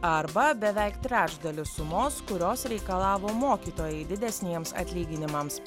arba beveik trečdalis sumos kurios reikalavo mokytojai didesniems atlyginimams